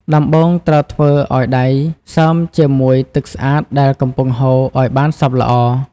ដំបូងត្រូវធ្វើឱ្យដៃសើមជាមួយ ទឹកស្អាតដែលកំពុងហូរ ឱ្យបានសព្វល្អ។